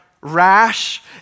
rash